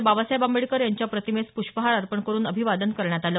बाबासाहेब आंबेडकर यांच्या प्रतिमेस पृष्पहार अर्पण करून अभिवादन करण्यात आलं